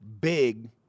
big